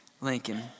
Lincoln